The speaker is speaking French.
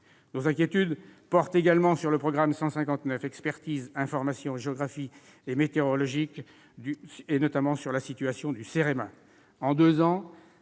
Nos inquiétudes portent également sur le programme 159, « Expertise, information géographique et météorologie », et notamment sur la situation du CEREMA.